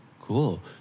Cool